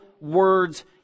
words